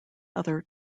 other